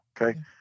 Okay